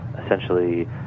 essentially